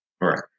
Right